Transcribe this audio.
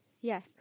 yes